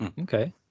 okay